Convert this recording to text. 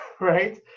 right